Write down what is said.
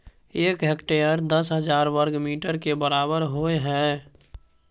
एक हेक्टेयर दस हजार वर्ग मीटर के बराबर होय हय